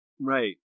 Right